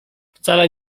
wcale